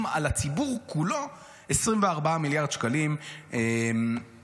על הציבור כולו 24 מיליארד שקלים מיסים.